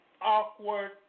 awkward